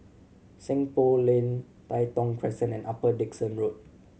Seng Poh Lane Tai Thong Crescent and Upper Dickson Road